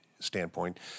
standpoint